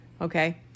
Okay